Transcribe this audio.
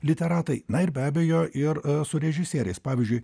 literatai na ir be abejo ir su režisieriais pavyzdžiui